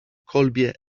kolbie